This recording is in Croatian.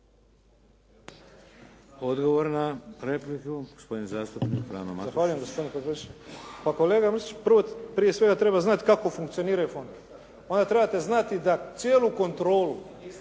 Odgovor na repliku, gospodin zastupnik Frano Matušić. **Matušić, Frano (HDZ)** Zahvaljujem. Pa kolega Mršić prije svega treba znati kako funkcioniraju fondovi, onda trebate znati da cijelu kontrolu